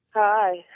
Hi